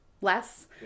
less